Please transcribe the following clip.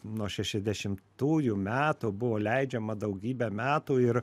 nuo šešiasdešimtųjų metų buvo leidžiama daugybę metų ir